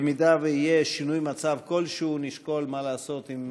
במידה שיהיה שינוי מצב כלשהו נשקול מה לעשות עם